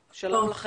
שלום.